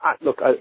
look